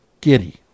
giddy